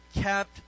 kept